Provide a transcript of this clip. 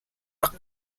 rak